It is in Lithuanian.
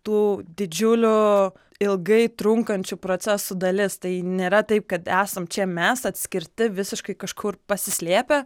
tų didžiulių ilgai trunkančių procesų dalis tai nėra taip kad esam čia mes atskirti visiškai kažkur pasislėpę